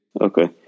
Okay